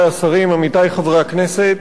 עמיתי חברי הכנסת,